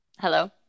Hello